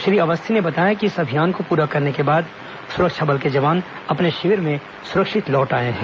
श्री अवस्थी ने बताया कि इस अभियान को पूरा करने के बाद सुरक्षा बल के जवान अपने शिविर में सुरक्षित लौट आए हैं